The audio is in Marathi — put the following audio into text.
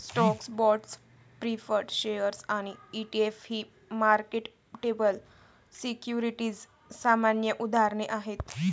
स्टॉक्स, बाँड्स, प्रीफर्ड शेअर्स आणि ई.टी.एफ ही मार्केटेबल सिक्युरिटीजची सामान्य उदाहरणे आहेत